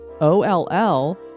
O-L-L